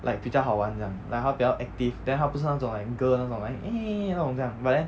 like 比较好玩这样 like 她比较 active then 她不是那种 like girl 那种 like eh 那种这样 but then